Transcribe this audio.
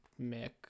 mick